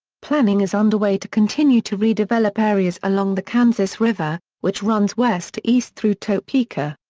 planning is under way to continue to redevelop areas along the kansas river, which runs west to east through topeka.